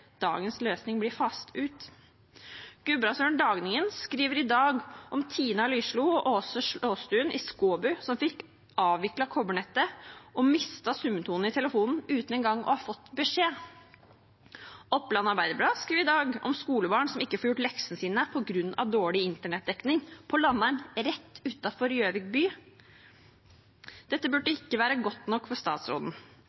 dagens løsning blir faset ut. Gudbrandsdølen Dagningen skriver i dag om Tina Lyslo og Åse Slåstuen i Skåbu, som fikk avviklet kobbernettet og mistet summetonen i telefonen uten engang å ha fått beskjed. Oppland Arbeiderblad skriver i dag om skolebarn som ikke får gjort leksene sine på grunn av dårlig internettdekning, på Landheim rett utenfor Gjøvik by. Dette burde